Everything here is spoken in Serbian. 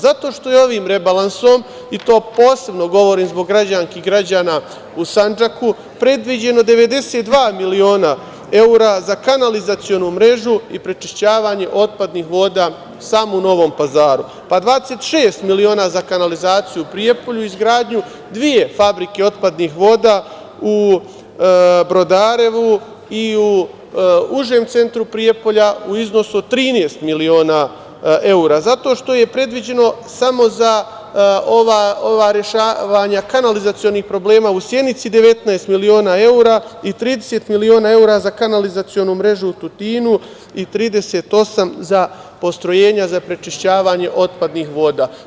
Zato što je ovim rebalansom, to posebno govorim zbog građanki i građana u Sandžaku, predviđeno 92 miliona evra za kanalizacionu mrežu i prečišćavanje otpadnih voda samo u Novom Pazaru, pa 26 miliona za kanalizaciju u Prijepolju i izgradnju dve fabrike otpadnih voda u Brodarevu i u užem centru Prijepolja u iznosu od 13 miliona evra, zato što je predviđeno samo za ova rešavanja kanalizacionih problema u Sjenici 19 miliona evra i 30 miliona evra za kanalizacionu mrežu u Tutinu i 38 miliona za postrojenja za prečišćavanje otpadnih voda.